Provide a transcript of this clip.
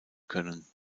können